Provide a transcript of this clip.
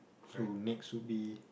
so next would be